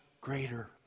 greater